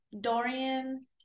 Dorian